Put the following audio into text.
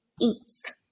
eats